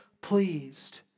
pleased